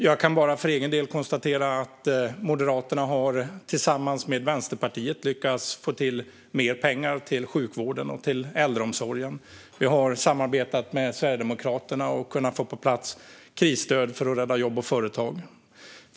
Jag kan bara för egen del konstatera att Moderaterna tillsammans med Vänsterpartiet lyckats få till mer pengar till sjukvården och till äldreomsorgen och att vi har samarbetat med Sverigedemokraterna och kunnat få på plats krisstöd för att rädda jobb och företag.